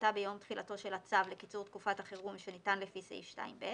שתחילתה ביום תחילתו של הצו לקיצור תקופת החירום שניתן לפי סעיף 2(ב)